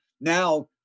now